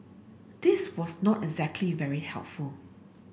this was not exactly very helpful